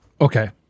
Okay